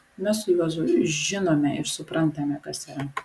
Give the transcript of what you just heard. mes su juozu žinome ir suprantame kas yra